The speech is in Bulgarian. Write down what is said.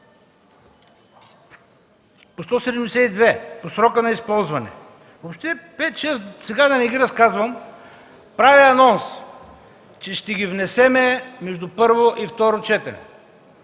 по 172, по срока на използване. Въобще пет-шест са, сега да не ги разказвам. Правя анонс, че ще ги внесем между първо и второ четене.